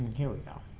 here